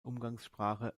umgangssprache